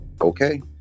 Okay